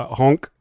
honk